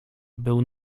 był